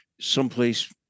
someplace